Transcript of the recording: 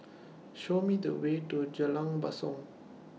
Show Me The Way to Jalan Basong